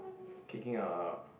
kicking a